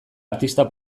artista